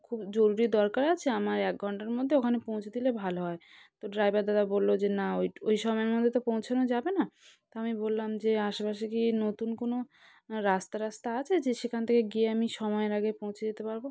খুব জরুরি দরকার আছে আমায় এক ঘণ্টার মধ্যে ওখানে পৌঁছে দিলে ভালো হয় তো ড্রাইভার দাদা বলল যে না ওই ওই সময়ের মধ্যে তো পৌঁছানো যাবে না তা আমি বললাম যে আশেপাশে কি নতুন কোনো রাস্তা টাস্তা আছে যে সেখান থেকে গিয়ে আমি সময়ের আগে পৌঁছে যেতে পারব